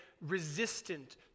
resistant